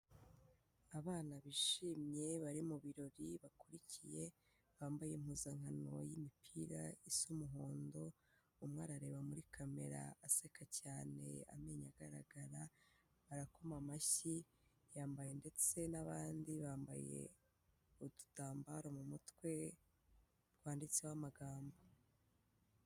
Abana bishimye bari mu birori bakurikiye, bambaye impuzankano y'imipira isa umuhondo, umwe arareba muri camera aseka cyane amenyo agaragara, arakoma amashyi yambaye ndetse n'abandi bambaye udutambaro mu mutwe twanditseho amagambo.